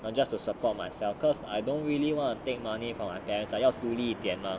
just to support myself because I don't really want to take money from my parents ah 要独立一点 lor